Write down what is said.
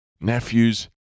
nephews